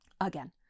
Again